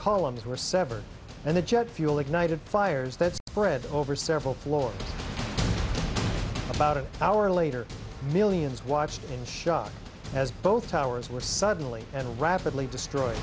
columns were severed and the jet fuel ignited fires that spread over several floors about an hour later millions watched in shock as both towers were suddenly and rapidly destroy